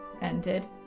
ended